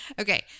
Okay